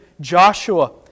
Joshua